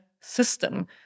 system